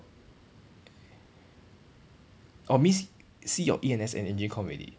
orh means see your E_N_S and engine comm already